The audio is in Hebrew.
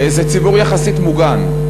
זה ציבור יחסית מוגן.